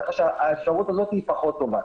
ככה שהאפשרות הזאת היא פחות טובה.